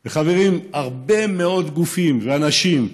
חברים, הרבה מאוד גופים ואנשים,